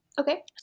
Okay